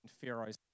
Pharaoh's